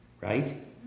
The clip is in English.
right